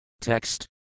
Text